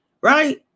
Right